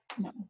no